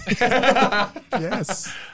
Yes